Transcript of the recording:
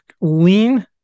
lean